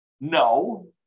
no